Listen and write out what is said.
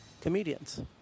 comedians